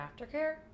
aftercare